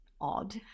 odd